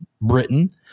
Britain